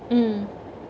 mm